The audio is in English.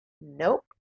Nope